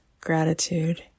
gratitude